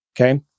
Okay